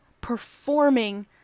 performing